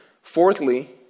Fourthly